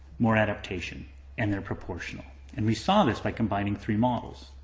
more adaptation and they're proportional, and we saw this by combining three models.